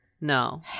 No